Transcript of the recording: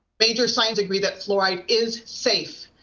major science agree that fluoride is safe.